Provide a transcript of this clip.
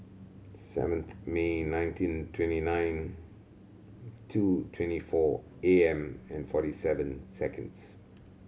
seventh May nineteen twenty nine two twenty four A M and forty seven seconds